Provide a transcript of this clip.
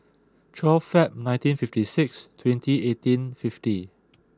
twelve February nineteen fifty six twenty eighteen fifty